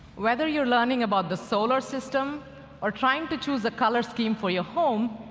whether you're learning about the solar system or trying to choose a color scheme for your home,